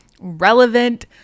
relevant